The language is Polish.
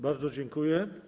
Bardzo dziękuję.